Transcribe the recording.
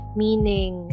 meaning